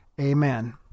Amen